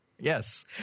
Yes